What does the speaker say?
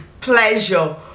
pleasure